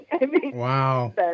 Wow